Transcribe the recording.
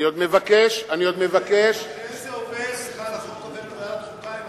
לכן החוק עובר בוועדת חוקה.